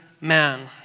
man